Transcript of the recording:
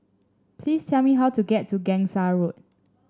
please tell me how to get to Gangsa Road